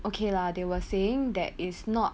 okay lah they were saying that is not